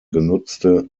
genutzte